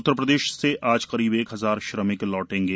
उत्तर प्रदेश से आज करीब एक हजार श्रमिक आयेंगे